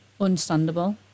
understandable